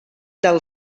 del